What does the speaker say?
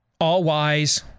all-wise